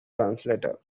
translator